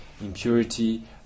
impurity